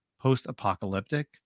post-apocalyptic